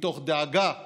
ומתוך דאגה לחינוך,